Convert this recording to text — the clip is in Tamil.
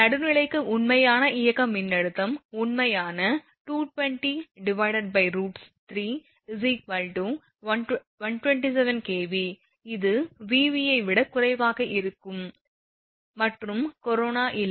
நடுநிலைக்கு உண்மையான இயக்க மின்னழுத்தம் உண்மையில் 220 √3 127 kV இது Vv ஐ விட குறைவாக உள்ளது மற்றும் கொரோனா இல்லை